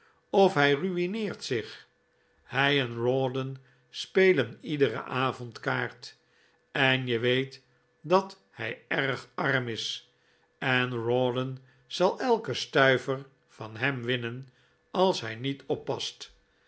of hij ru'ineert zich hij en rawdon spelen iederen avond kaart en je weet dat hij erg arm is en rawdon zal elken stuiver van hem winnen als hij niet oppast